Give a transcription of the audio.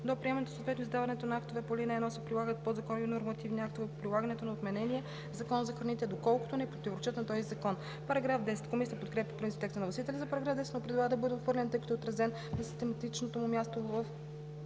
До приемането, съответно издаването на актовете по ал. 1 се прилагат подзаконовите нормативни актове по прилагането на отменения Закон за храните, доколкото не противоречат на този закон.“ Комисията подкрепя по принцип текста на вносителя за § 10, но предлага да бъде отхвърлен, тъй като е отразен на систематичното му място в